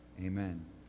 amen